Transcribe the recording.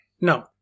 No